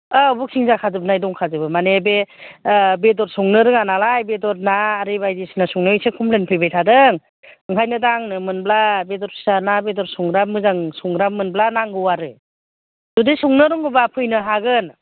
औ बुकिं जाखाजोबनाय दंखाजोबो माने बे ओ बेदर संनो रोङानालाय बेदर ना आरि बायदिसिना संनायाव एसे कमप्लेन्ट फैबाय थादों ओंखायनो दा आंनो मोनब्ला बेदर फिसा ना बेदर संग्रा मोजां संग्रा मोनब्ला नांगौ आरो जुदि संनो रोंगौब्ला फैनो हागोन